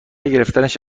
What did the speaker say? گرفتنش